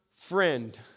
friend